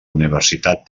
universitat